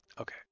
Okay